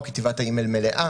או כי תיבת האימייל מלאה,